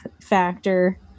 factor